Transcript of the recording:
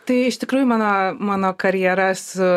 tai iš tikrųjų mano mano karjera su